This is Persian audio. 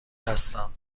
هستم